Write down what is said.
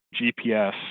GPS